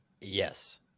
Yes